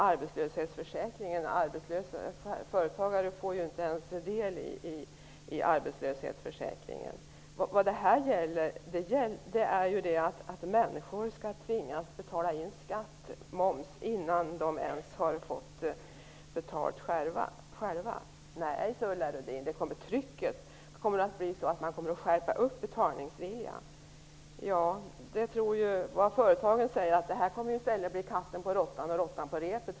Arbetslöshetsförsäkringen får inte företagare ens del i. Vad det här gäller är att människor tvingas att betala in moms innan de ens har fått betalt själva. Nej, säger Ulla Rudin, trycket kommer att göra att man kommer att skärpa upp betalningsviljan. Företagen säger att det i stället kommer att bli katten på råttan och råttan på repet.